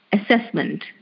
assessment